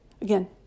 again